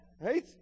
right